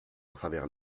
travers